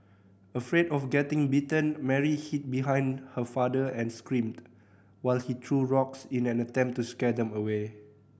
afraid of getting bitten Mary hid behind her father and screamed while he threw rocks in an attempt to scare them away